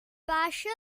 spatial